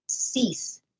Cease